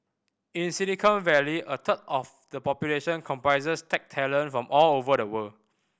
in Silicon Valley a third of the population comprises tech talent from all over the world